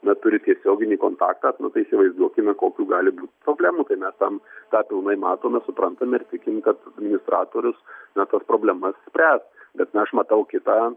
na turi tiesioginį kontaktą nu tai įsivaizduokime kokių gai būt problemų tai mes ten tą pilnai matome suprantame ir tikim kad administratorius na tas problemas spręs bet na aš matau kitą